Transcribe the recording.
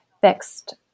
fixed